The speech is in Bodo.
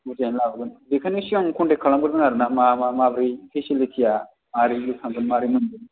बुरजायानो लाबोगोन बिखोनो सिगां खनथेक खालामगोरदों आरोना मा मा माब्रै फेसेलिथि आ मारै बोखांगोन मारै मोनगोन